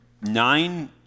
nine